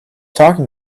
talking